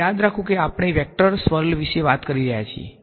હવે યાદ રાખો કે આપણે વેક્ટર સ્વર્લ વિશે વાત કરી રહ્યા છીએ